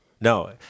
No